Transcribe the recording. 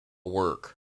work